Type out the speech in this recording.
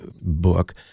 book